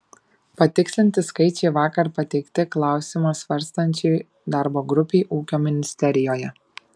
patikslinti skaičiai vakar pateikti klausimą svarstančiai darbo grupei ūkio ministerijoje